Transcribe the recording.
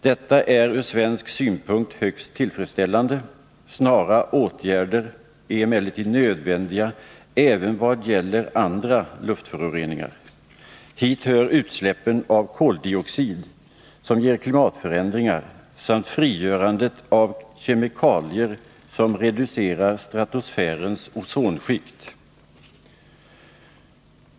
Detta är ur svensk synpunkt högst tillfredsställande. Snara åtgärder är emellertid nödvändiga även vad gäller andra luftföroreningar. Hit hör utsläppen av koldioxid, som ger klimatförändringar, samt frigörandet av kemikalier som reducerar stratosfärens ozonskikt.